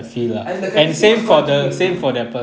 and the chemistry must continue